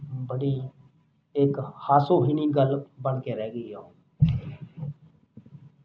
ਬੜੀ ਇੱਕ ਹਾਸੋਹੀਣੀ ਗੱਲ ਬਣ ਕੇ ਰਹਿ ਗਈ ਆ